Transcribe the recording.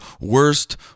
worst